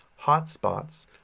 hotspots